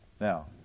Now